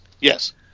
yes